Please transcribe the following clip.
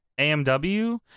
AMW